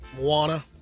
moana